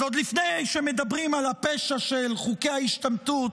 אז עוד לפני שמדברים על הפשע של חוקי ההשתמטות,